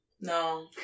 no